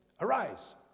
Arise